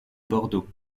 bordeaux